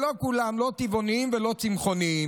מזה שלא כולם לא טבעונים ולא צמחונים.